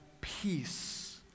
peace